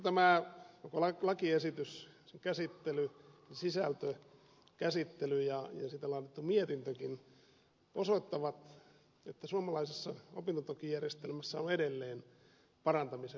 minusta tämän lakiesityksen sisältö käsittely ja siitä laadittu mietintökin osoittavat että suomalaisessa opintotukijärjestelmässä on edelleen parantamisen varaa